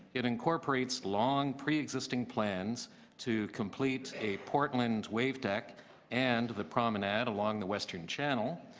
it incorporates long preexisting plans to complete a portland wave deck and the promenade along the western channel.